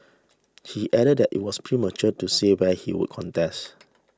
he added that it was premature to say where he would contest